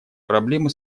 проблемы